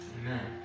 Amen